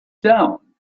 down